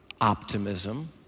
optimism